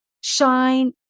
shine